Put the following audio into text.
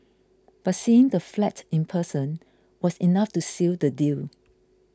but seeing the flat in person was enough to seal the deal